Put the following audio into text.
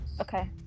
Okay